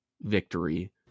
victory